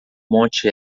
monte